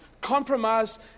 compromise